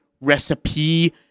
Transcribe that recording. recipe